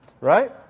right